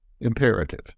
Imperative